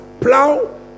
plow